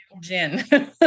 gin